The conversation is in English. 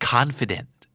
Confident